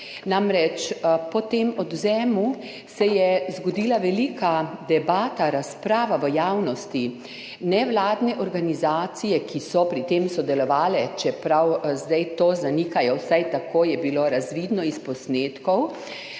Namreč, po tem odvzemu se je zgodila velika debata, razprava v javnosti. Nevladne organizacije, ki so pri tem sodelovale, čeprav zdaj to zanikajo, vsaj tako je bilo razvidno s posnetkov,